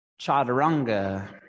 Chaturanga